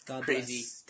crazy